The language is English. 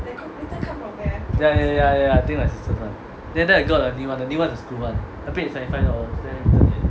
ya ya ya ya ya think my sister's [one] then after that I got a new [one] the new [one] is the school [one] I paid seventy five dollars